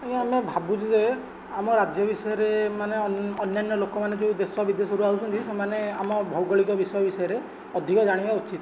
ଆଜ୍ଞା ଆମେ ଭାବୁଛୁ ଯେ ଆମ ରାଜ୍ୟ ବିଷୟରେ ମାନେ ଅନ୍ୟାନ୍ୟ ଲୋକମାନେ ଯେଉଁ ଦେଶବିଦେଶରୁ ଆସୁଛନ୍ତି ସେମାନେ ଆମ ଭୌଗଳିକ ବିଷୟ ବିଷୟରେ ଅଧିକ ଜାଣିବା ଉଚିତ